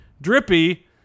Drippy